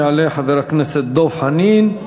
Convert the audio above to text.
יעלה חבר הכנסת דב חנין,